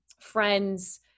friends